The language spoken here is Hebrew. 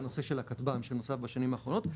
זה הנושא של הכטב"מ שנוסף בשנים האחרונות,